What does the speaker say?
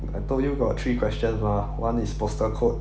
I told you got three questions mah one is postal code